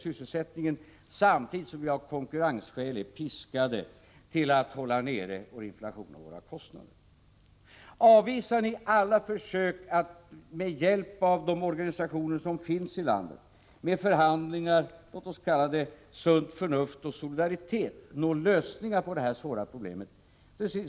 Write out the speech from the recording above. Men samtidigt är vi av konkurrensskäl piskade att hålla nere inflationen och kostnaderna. Avvisar ni alla försök att genom förhandlingar med hjälp av de organisationer som finns i vårt land — låt oss kalla det hela sunt förnuft och solidaritet — nå fram till lösningar på detta svåra problem?